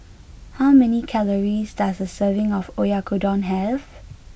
how many calories does a serving of Oyakodon have